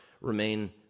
remain